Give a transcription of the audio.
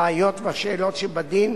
הראיות והשאלות שבדין,